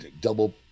double